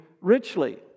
richly